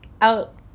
out